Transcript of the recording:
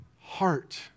heart